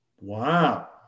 Wow